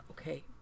okay